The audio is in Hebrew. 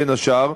בין השאר,